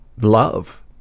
love